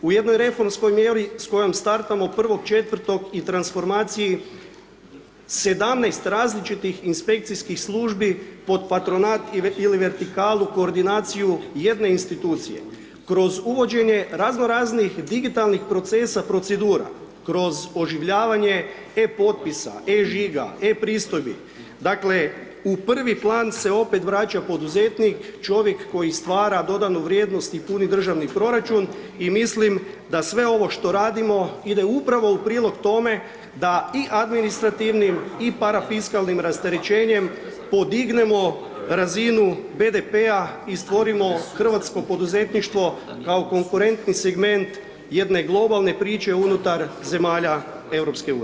U jednoj reformskoj mjeri s kojom startamo 1.4. i transformaciji 17 različitih inspekcijskih službi pod patronat ili vertikalu koordinaciju jedne institucije, kroz uvođenje razno raznih digitalnih procesa, procedura, kroz oživljavanje e-potpisa, e-žiga, e-pristojbi, dakle u prvi plan se opet vraća poduzetnik, čovjek koji stvara dodanu vrijednost i puni državni proračun i mislim da sve ovo što radimo ide upravo u prilog tome da i administrativnim i parafiskalnim rasterećenjem podignemo razinu BDP-a i stvorimo hrvatsko poduzetništvo kao konkurentni segment jedne globalne priče unutar zemalja EU.